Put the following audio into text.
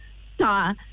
star